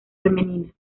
femenina